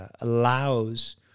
allows